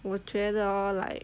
我觉得 like